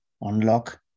unlock